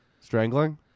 Strangling